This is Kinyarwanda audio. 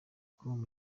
com